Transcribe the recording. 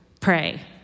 pray